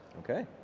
okay.